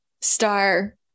star